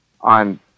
on